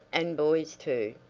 and boys too,